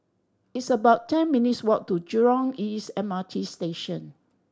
it's about ten minutes' walk to Jurong East M R T Station